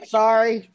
sorry